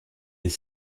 est